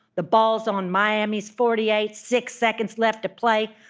the ball is on miami's forty eight, six seconds left to play.